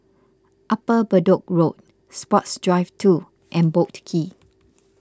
Upper Bedok Road Sports Drive two and Boat Quay